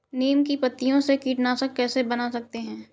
नीम की पत्तियों से कीटनाशक कैसे बना सकते हैं?